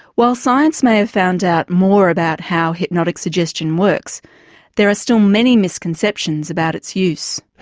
while science may have found out more about how hypnotic suggestion works there are still many misconceptions about its use.